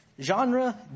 Genre